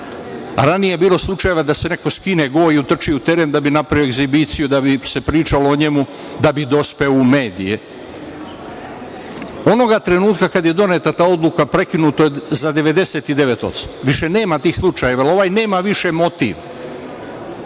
Ranije je bilo slučajeva da se neko skine go i utrči u teren da bi napravio egzibiciju, da bi se pričalo o njemu, da bi dospeo u medije. Onoga trenutka kada je doneta ta odluka, prekinuto je za 99%. Više nema tih slučajeva, jer ovaj nema više motiv.